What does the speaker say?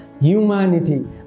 humanity